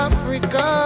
Africa